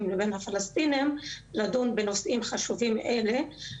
לבין הפלסטינים לדון בנושאים חשובים אלה.